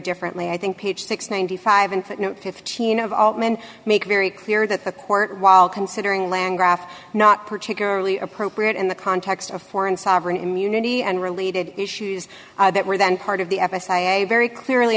differently i think page six hundred and ninety five and fifteen of all men make very clear that the court while considering land graph not particularly appropriate in the context of foreign sovereign immunity and related issues that were then part of the very clearly